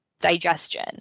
digestion